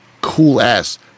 cool-ass